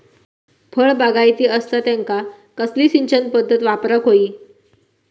फळबागायती असता त्यांका कसली सिंचन पदधत वापराक होई?